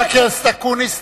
חבר הכנסת אקוניס,